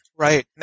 Right